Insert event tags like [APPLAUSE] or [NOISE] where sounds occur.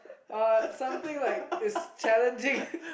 uh something like is challenging [LAUGHS]